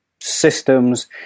systems